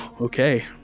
Okay